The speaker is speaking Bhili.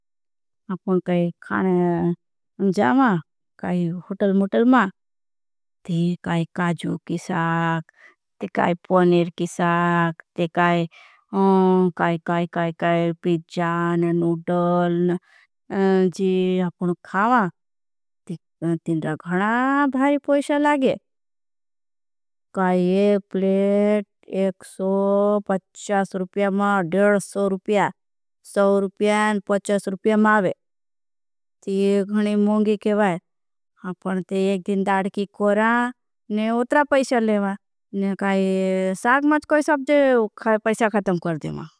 आपको खाने जामा काई होटल मुटल मा। ती काई काजू की साख ती काई पनेर की साख ती काई काई। काई काई पिजान नूडल जी आपको खामा ती तीन गणा भारी। पोईशा लागे काई एक प्लेट एक सो पच्चास रुपिया मा देल सो। रुपिया सो रुपिया और पच्चास रुपिया मावे ती गणी मौंगी। केवा है आपने ते एक दिन दाड़ की कोरा ने उत्रा पईशा लेवा। ने काई साग माज कोई साबजे पैशा खातम कर देवा।